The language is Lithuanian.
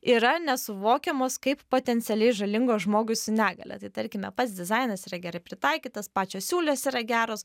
yra nesuvokiamos kaip potencialiai žalingos žmogui su negalia tai tarkime pats dizainas yra gerai pritaikytas pačios siūlės yra geros